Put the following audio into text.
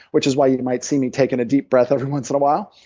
which is why you might see me taking a deep breath every once in a while.